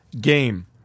game